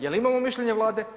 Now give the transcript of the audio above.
Jel imamo mišljenje Vlade?